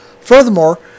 Furthermore